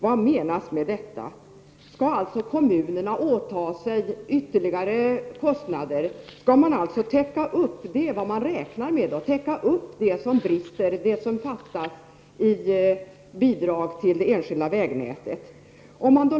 Vad menas med detta? Skall kommunerna åta sig ytterligare kostnader? Räknar man med att kommunerna skall täcka upp det som fattas av bidrag till det enskilda vägnätet?